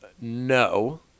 No